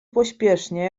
pośpiesznie